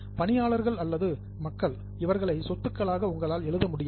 பணியாளர்கள் அல்லது மக்கள் இவர்களை சொத்துக்களாக உங்களால் எழுத முடியுமா